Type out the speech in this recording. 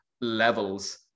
levels